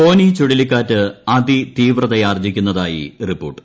ഫോനി ചുഴലിക്കാറ്റ് അതി തീവ്രതയാർജിക്കുന്നതായി റിപ്പോർട്ട്